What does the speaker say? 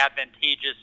advantageous